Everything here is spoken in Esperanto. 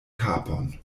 kapon